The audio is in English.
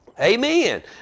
Amen